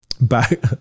Back